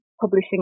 publishing